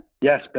Yes